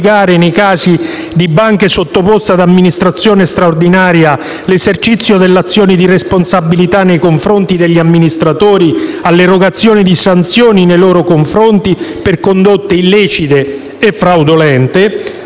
nei casi di banche sottoposte ad amministrazione straordinaria, l'esercizio dell'azione di responsabilità nei confronti degli amministratori all'irrogazione di sanzioni nei loro confronti per condotte illecite e fraudolente;